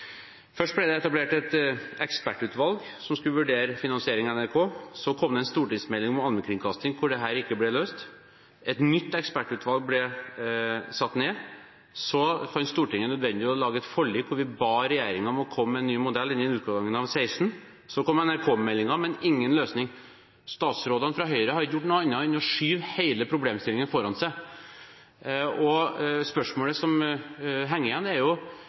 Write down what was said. Først ble det etablert et ekspertutvalg som skulle vurdere finansiering av NRK. Så kom det en stortingsmelding om allmennkringkasting, hvor dette ikke ble løst. Et nytt ekspertutvalg ble satt ned. Så fant Stortinget det nødvendig å lage et forlik hvor vi ba regjeringen om å komme med en ny modell innen utgangen av 2016. Så kom NRK-meldingen, men ingen løsning. Statsrådene fra Høyre har ikke gjort noe annet enn å skyve hele problemstillingen foran seg. Spørsmålet som henger igjen, er: